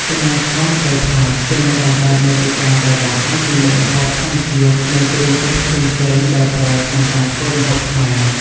កញ្ញាឆោម ស្រីផាច ជាអ្នកបង្កើតមាតិកាដែលបង្ហាញពីមុខម្ហូបធម្មជាតិនិងគ្រឿងទេសផ្សេងៗដែលប្រើក្នុងការធ្វើម្ហូបខ្មែរ។